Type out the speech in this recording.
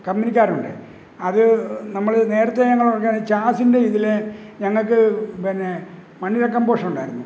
കമ്പിനിക്കാരുണ്ട് അത് നമ്മള് നേരത്തെ ഞങ്ങള് നോക്കാണെ ചാസിൻ്റെ ഇതില് ഞങ്ങള്ക്ക് പിന്നെ മണ്ണിര കമ്പോഷുണ്ടായിരുന്നു